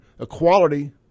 equality